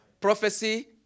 Prophecy